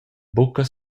buca